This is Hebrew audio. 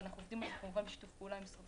ואנחנו עובדים על זה בשיתוף עם משרד